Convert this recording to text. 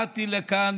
באתי לכאן,